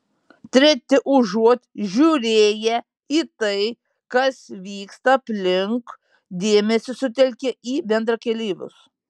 treti užuot žiūrėję į tai kas vyksta aplink dėmesį sutelkia į bendrakeleivius